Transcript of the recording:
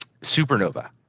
supernova